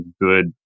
good